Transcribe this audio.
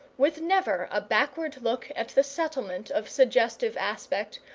with never a backward look at the settlement of suggestive aspect,